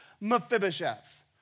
Mephibosheth